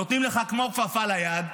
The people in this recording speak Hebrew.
נותנים לך כמו כפפה ליד,